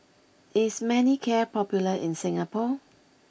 is Manicare popular in Singapore